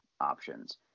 options